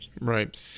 Right